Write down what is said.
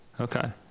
okay